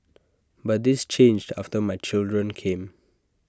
but this changed after my children came